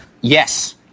Yes